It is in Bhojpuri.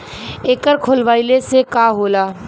एकर खोलवाइले से का होला?